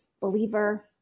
believer